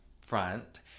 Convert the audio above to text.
front